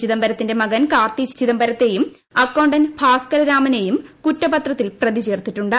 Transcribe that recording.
ചിദംബരത്തിന്റെ മകൻ കാർത്തി ചിദംബരത്തേയും അക്കൌണ്ടന്റ് ഭാസ്കരരാമനേയും ക്കൂറ്റപത്രത്തിൽ പ്രതി ചേർത്തിട്ടുണ്ട്